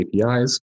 APIs